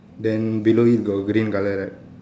then below it got green colour right